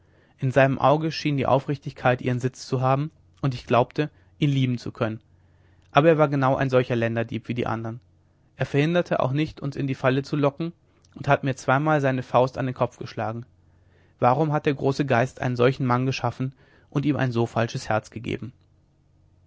in seinem auge schien die aufrichtigkeit ihren sitz zu haben und ich glaubte ihn lieben zu können aber er war genau ein solcher länderdieb wie die andern er verhinderte euch nicht uns in die falle zu locken und hat mir zweimal seine faust an den kopf geschlagen warum hat der große geist einen solchen mann geschaffen und ihm ein so falsches herz gegeben